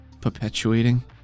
perpetuating